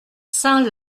saint